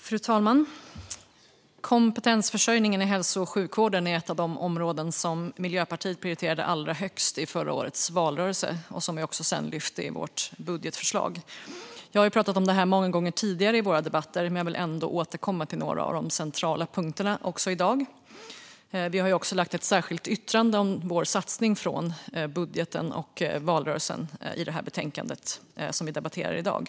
Fru talman! Kompetensförsörjningen i hälso och sjukvården är ett av de områden som vi i Miljöpartiet prioriterade allra högst i förra årets valrörelse och sedan också lyfte fram i vårt budgetförslag. Jag har pratat om detta många gånger tidigare i debatterna här, men jag vill ändå återkomma till några av de centrala punkterna också i dag. Vi har även lämnat ett särskilt yttrande om vår satsning från budgeten och valrörelsen i det betänkande som debatteras i dag.